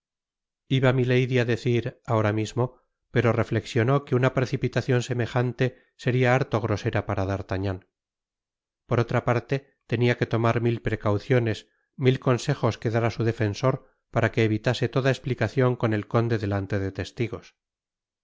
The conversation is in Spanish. iba milady á decir ahora mismo pero reflexionó que una precipitacion semejante seria harto grosera para d'artagnan por otra parte tenia que tomar mil precauciones mil consejos que dar á su defensor para que evitase toda esplicacion con el conde delante de testigos